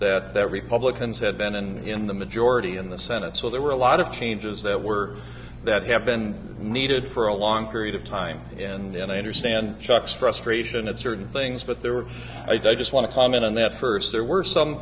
that the republicans had been in the majority in the senate so there were a lot of changes that were that have been needed for a long period of time and then i understand chuck's frustration at certain things but there were i just want to comment on that first there were some